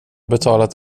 betalat